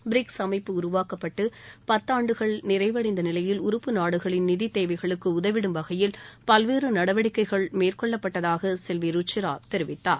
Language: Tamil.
பிரிக்ஸ் அமைப்பு உருவாக்கப்பட்டு பத்தாண்டுகள் நிறைவடைந்த நிலையில் உறுப்பு நாடுகளின் நிதித் தேவைகளுக்கு உதவிடும் உ வகையில் பல்வேறு நடவடிக்கைள் மேற்கொள்ளப்பட்டதாக ச செல்வி ருச்சிரா தெரிவித்தார்